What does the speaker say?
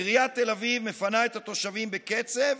עיריית תל אביב מפנה את התושבים בקצב,